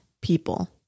people